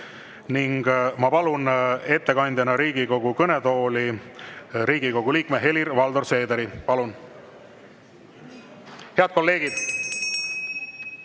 Ma palun ettekandeks Riigikogu kõnetooli Riigikogu liikme Helir-Valdor Seedri. Palun! Head kolleegid!